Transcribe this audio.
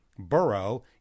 Burrow